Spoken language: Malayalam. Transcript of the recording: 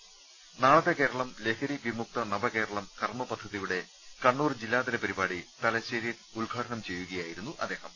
നാളത്തെ കേരളം ലഹരി വിമുക്ത നവകേരളം കർമ്മ പദ്ധതിയുടെ കണ്ണൂർ ജില്ലാതല പരിപാടി തലശ്ശേരിയിൽ ഉദ്ഘാടനം ചെയ്യുകയായിരുന്നു അദ്ദേഹം